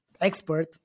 expert